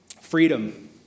Freedom